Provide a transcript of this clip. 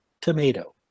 tomato